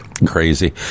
crazy